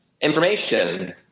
information